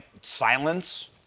silence